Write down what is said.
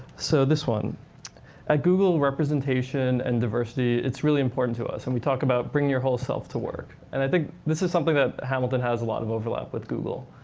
so this one at ah google, representation and diversity it's really important to us. and we talk about bring your whole self to work. and i think this is something that hamilton has a lot of overlap with google.